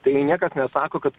tai niekas nesako kad